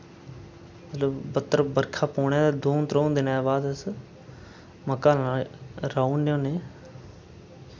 मतलब बत्तर बरखा पौने दे द'ऊं त्र'ऊं दिने बाद अस मक्कां लान्ने राई ओड़ने होन्ने